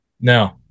No